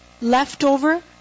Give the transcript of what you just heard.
Leftover